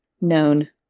known